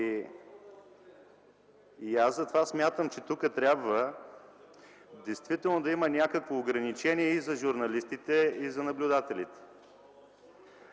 Аз затова смятам, че тук трябва действително да има някакво ограничение и за журналистите, и за наблюдателите.